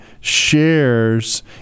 shares